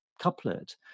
couplet